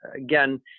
Again